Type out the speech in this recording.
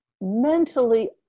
mentally